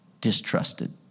distrusted